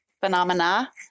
phenomena